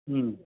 ம்